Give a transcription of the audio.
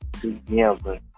together